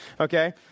Okay